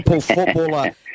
footballer